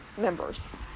members